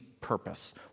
purpose